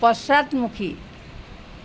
পশ্চাদমুখী